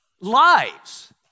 lives